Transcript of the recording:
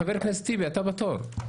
חבר הכנסת טיבי, אתה בתור.